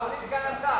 אדוני סגן השר,